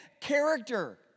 character